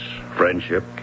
friendship